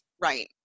Right